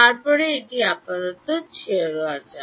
তারপরে এটি আপাতত ছেড়ে দেওয়া যাক